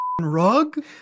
rug